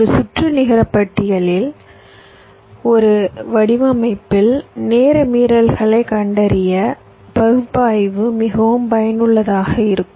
ஒரு சுற்று நிகர பட்டியலில் ஒரு வடிவமைப்பில் நேர மீறல்களைக் கண்டறிய பகுப்பாய்வு மிகவும் பயனுள்ளதாக இருக்கும்